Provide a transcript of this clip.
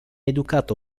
educato